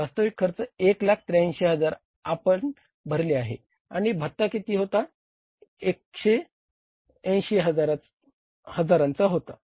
वास्तविक खर्च 183000 आपण भरले आहे आणि भत्ता किती होता एकशे ऐंशी हजारांचा होता